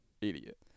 idiot